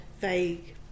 vague